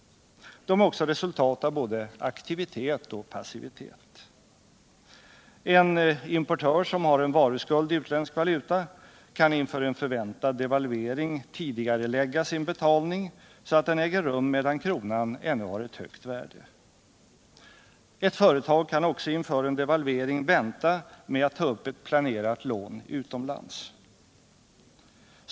De är också resultat av både aktivitet och passivitet. En importör som har en varuskuld i utländsk valuta kan inför en förväntad devalvering tidigarelägga sin betalning, så att den äger rum medan kronan ännu har ett högt värde. Ett företag kan också inför en devalvering vänta med att ta upp ett planerat lån utomlands.